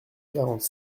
quarante